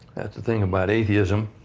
that's the thing about atheism.